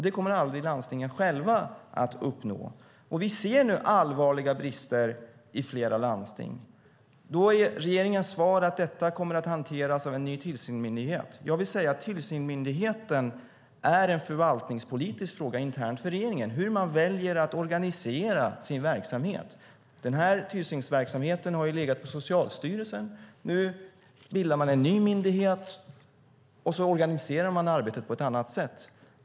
Det kommer aldrig landstingen själva att uppnå. Vi ser nu allvarliga brister i flera landsting. Då är regeringens svar att detta kommer att hanteras av en ny tillsynsmyndighet. Tillsynsmyndigheten är en förvaltningspolitisk fråga internt för regeringen. Det handlar om hur man väljer att organisera sin verksamhet. Tillsynsverksamheten har legat på Socialstyrelsen. Nu bildar man en ny myndighet och organiserar arbetet på ett annat sätt.